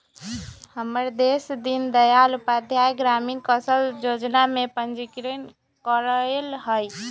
हमर दोस दीनदयाल उपाध्याय ग्रामीण कौशल जोजना में पंजीकरण करएले हइ